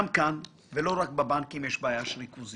גם כאן ולא רק בבנקים יש בעיה של ריכוזיות.